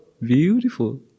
beautiful